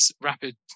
rapid